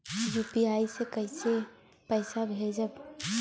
UPI से कईसे पैसा भेजब?